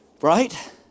right